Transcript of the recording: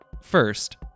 first